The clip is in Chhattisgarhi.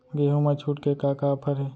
गेहूँ मा छूट के का का ऑफ़र हे?